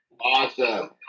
Awesome